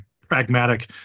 pragmatic